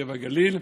הנגב והגליל.